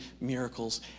miracles